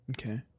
Okay